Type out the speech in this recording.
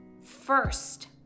first